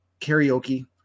karaoke